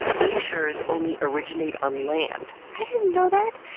glaciers only originate on land i didn't know that!